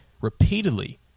repeatedly